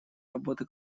работы